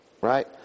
right